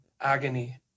agony